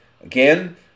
Again